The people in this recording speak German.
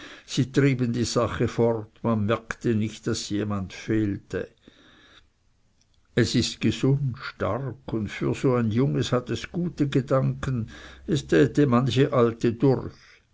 sie trieben die sache fort man merkte nicht daß jemand fehlte es ist gesund stark und für so ein junges hat es gute gedanken es täte manche alte durch